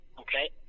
okay